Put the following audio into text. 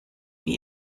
wie